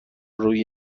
روی